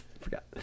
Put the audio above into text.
forgot